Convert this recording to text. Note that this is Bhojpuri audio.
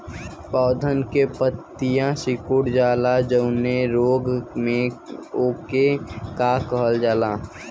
पौधन के पतयी सीकुड़ जाला जवने रोग में वोके का कहल जाला?